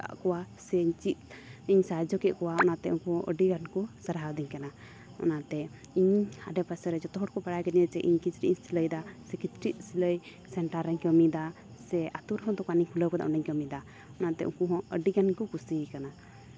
ᱟᱠᱚᱣᱟᱜ ᱥᱮ ᱪᱮᱫ ᱤᱧ ᱥᱟᱦᱟᱡᱡᱚ ᱠᱮᱫ ᱠᱚᱣᱟ ᱚᱱᱟᱛᱮ ᱩᱱᱠᱩ ᱦᱚᱸ ᱟᱹᱰᱤ ᱜᱟᱱ ᱠᱚ ᱥᱟᱨᱦᱟᱣᱫᱤᱧ ᱠᱟᱱᱟ ᱚᱱᱟᱛᱮ ᱤᱧ ᱟᱰᱮ ᱯᱟᱥᱮ ᱨᱮ ᱡᱷᱚᱛᱚ ᱦᱚᱲ ᱠᱚ ᱵᱟᱲᱟᱭ ᱠᱤᱫᱤᱧᱟ ᱡᱮ ᱤᱧ ᱠᱤᱪᱨᱤᱡ ᱤᱧ ᱥᱤᱞᱟᱹᱭᱫᱟ ᱥᱮ ᱠᱤᱪᱨᱤᱡ ᱥᱤᱞᱟᱹᱭ ᱥᱮᱱᱴᱟᱨ ᱨᱮᱧ ᱠᱟᱹᱢᱤᱫᱟ ᱥᱮ ᱟᱛᱳ ᱨᱮ ᱦᱚᱸ ᱫᱚᱠᱟᱱᱤᱧ ᱠᱷᱩᱞᱟᱹᱣ ᱠᱟᱫᱟ ᱚᱸᱰᱮᱧ ᱠᱟᱹᱢᱤᱭᱫᱟ ᱚᱱᱟᱛᱮ ᱩᱱᱠᱩ ᱦᱚᱸ ᱟᱹᱰᱤ ᱜᱟᱱ ᱠᱚ ᱠᱩᱥᱤᱭ ᱠᱟᱱᱟ